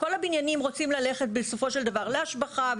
כל הבניינים רוצים ללכת בסופו של דבר להשבחה,